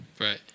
Right